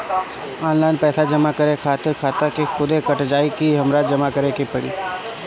Online पैसा जमा करे खातिर खाता से खुदे कट जाई कि हमरा जमा करें के पड़ी?